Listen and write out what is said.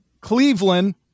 Cleveland